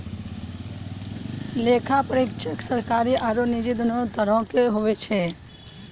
लेखा परीक्षक सरकारी आरु निजी दोनो तरहो के होय छै